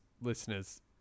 listeners